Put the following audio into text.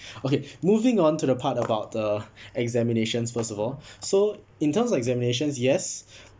okay moving on to the part about the examinations first of all so in terms of examinations yes